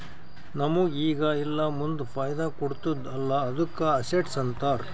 ನಮುಗ್ ಈಗ ಇಲ್ಲಾ ಮುಂದ್ ಫೈದಾ ಕೊಡ್ತುದ್ ಅಲ್ಲಾ ಅದ್ದುಕ ಅಸೆಟ್ಸ್ ಅಂತಾರ್